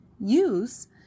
use